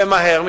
ומהר.